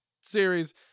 series